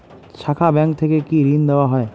শাখা ব্যাংক থেকে কি ঋণ দেওয়া হয়?